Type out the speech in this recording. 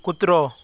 कुत्रो